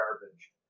garbage